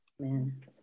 Amen